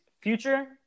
future